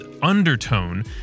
undertone